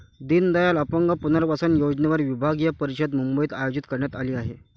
दीनदयाल अपंग पुनर्वसन योजनेवर विभागीय परिषद मुंबईत आयोजित करण्यात आली आहे